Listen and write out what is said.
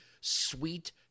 sweet